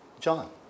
John